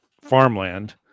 farmland